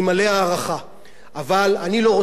אבל אני לא רוצה שבזה זה יהיה תלוי.